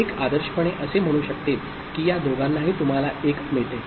एक आदर्शपणे असे म्हणू शकते की या दोघांनाही तुम्हाला 1 मिळते